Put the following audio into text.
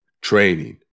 training